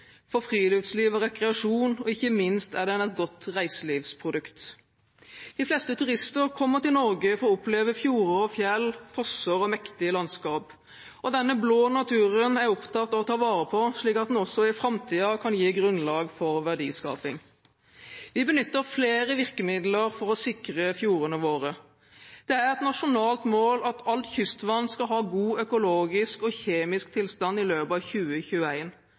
for friluftsliv og rekreasjon, og ikke minst er den et godt reiselivsprodukt. De fleste turister kommer til Norge for å oppleve fjorder og fjell, fosser og mektige landskap. Denne «blå naturen» er jeg opptatt av å ta vare på, slik at den også i framtiden kan gi grunnlag for verdiskaping. Vi benytter flere virkemidler for å sikre fjordene våre: Det er et nasjonalt mål at alt kystvann skal ha god økologisk og kjemisk tilstand i løpet av